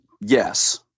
yes